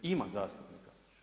Ima zastupnika.